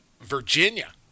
Virginia